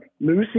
Lucy